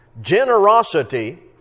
Generosity